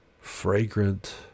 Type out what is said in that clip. fragrant